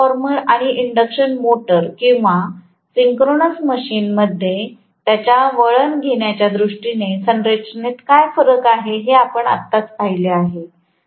transformer आणि induction motor किंवा synchronous मशीनसाठी त्याच्या वळण घेण्याच्या दृष्टीने संरचनेत काय फरक आहे हे आपण आताच पाहिले आहे